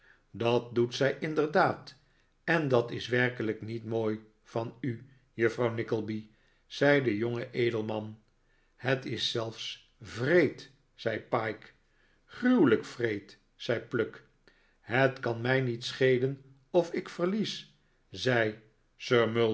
dat doet zij inderdaad en dat is werkelijk niet mooi van u juffrouw nickleby zei de jonge edelman het is zelfs wreed zei pyke gruwelijk wreed zei pluck het kan mij niet schelen of ik verlies zei